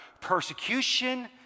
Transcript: Persecution